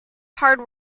hard